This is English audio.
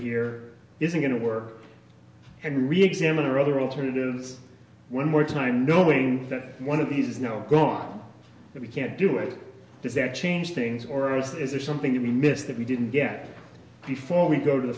here is going to work and reexamine are other alternatives one more time knowing that one of these is now gone that we can't do it does that change things or is there something that we missed that we didn't get before we go to the